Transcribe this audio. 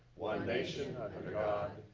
one nation